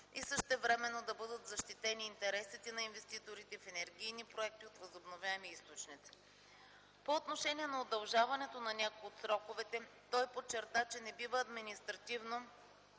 и същевременно да бъдат защитени интересите на инвеститорите в енергийни проекти от възобновяеми източници. По отношение на удължаването на някои от сроковете, той подчерта, че не бива административно